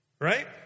Right